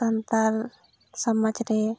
ᱥᱟᱱᱛᱟᱲ ᱥᱚᱢᱟᱡᱽ ᱨᱮ